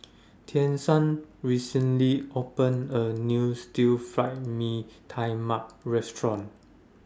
Tiesha recently opened A New Stir Fried Mee Tai Mak Restaurant